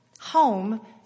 Home